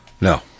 No